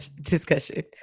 discussion